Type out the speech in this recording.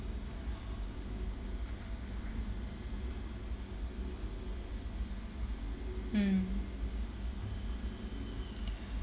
mm